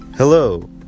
Hello